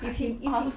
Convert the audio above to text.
if he is